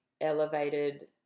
elevated